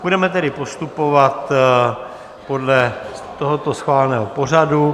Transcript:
Budeme tedy postupovat podle tohoto schváleného pořadu.